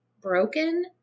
broken